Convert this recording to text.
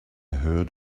heard